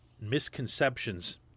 misconceptions